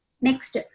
Next